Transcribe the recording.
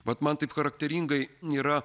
vat man taip charakteringai yra